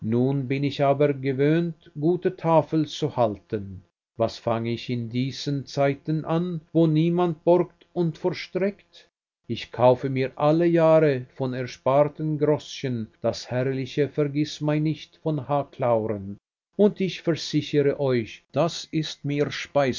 nun bin ich aber gewöhnt gute tafel zu halten was fange ich in diesen zeiten an wo niemand borgt und vorstreckt ich kaufe mir alle jahre von ersparten groschen das herrliche vergißmeinnicht von h clauren und ich versichere euch das ist mir